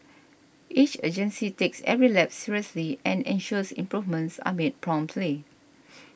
each agency takes every lapse seriously and ensures improvements are made promptly